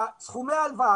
סכומי ההלוואה.